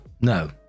No